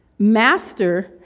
master